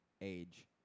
age